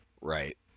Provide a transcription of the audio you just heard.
Right